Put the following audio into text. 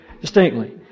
distinctly